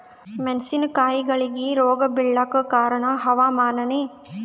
ಮೆಣಸಿನ ಕಾಯಿಗಳಿಗಿ ರೋಗ ಬಿಳಲಾಕ ಕಾರಣ ಹವಾಮಾನನೇ?